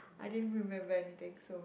I didn't remember anything so